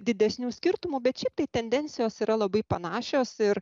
didesnių skirtumų bet šiaip tai tendencijos yra labai panašios ir